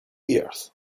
earth